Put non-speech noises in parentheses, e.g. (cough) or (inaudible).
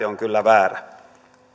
(unintelligible) on kyllä väärä